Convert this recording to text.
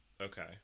Okay